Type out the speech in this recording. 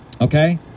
Okay